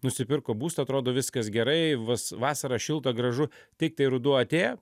nusipirko būstą atrodo viskas gerai vas vasara šilta gražu tiktai ruduo atėjo